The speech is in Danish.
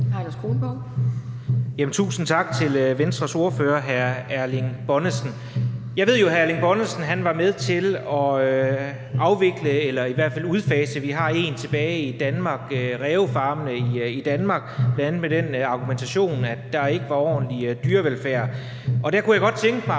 Tusind tak til Venstres ordfører, hr. Erling Bonnesen. Jeg ved jo, at hr. Erling Bonnesen var med til at afvikle eller i hvert fald udfase – vi har én tilbage i Danmark – rævefarmene i Danmark, bl.a. med den argumentation, at der ikke var ordentlig dyrevelfærd. Og der kunne jeg godt tænke mig